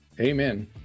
Amen